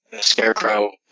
scarecrow